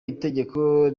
itegeko